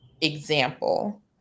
example